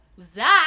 Zach